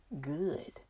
good